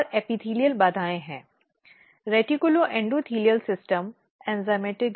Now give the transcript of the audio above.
यह पूर्व निर्धारित विचारों को त्याग देता है